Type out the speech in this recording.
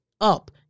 up